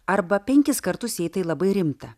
arba penkis kartus jei tai labai rimta